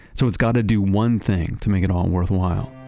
so it's got to do one thing to make it all worthwhile.